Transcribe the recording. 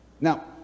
Now